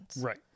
right